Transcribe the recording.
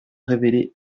révéler